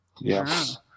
Yes